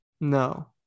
No